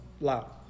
loud